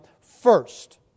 first